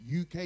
UK